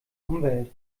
umwelt